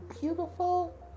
beautiful